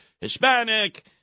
Hispanic